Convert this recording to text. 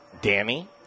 Danny